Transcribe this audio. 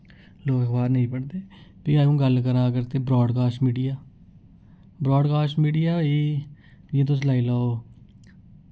लोक अखबार नेईं पढ़दे फ्ही अ'ऊं गल्ल करां अगर ते ब्राडकास्ट मीडिया ब्राडकास्ट मीडिया होई जि'यां तुस लाई लाओ